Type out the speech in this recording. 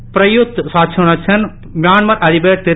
Prayut Chanocha மியான்மர அதிபர் திரு